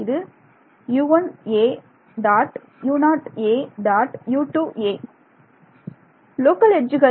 இது லோக்கல் எட்ஜுகள்